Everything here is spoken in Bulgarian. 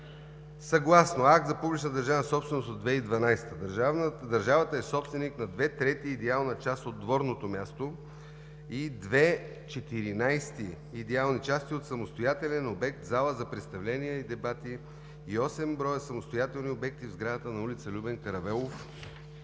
Съгласно Акт за публична държавна собственост от 2012 г. държавата е собственик на 2/3 идеална част от дворното място и 2/14 идеални части от самостоятелен обект – зала за представления и дебати, и 8 броя самостоятелни обекти в сградата на ул. „Любен Каравелов“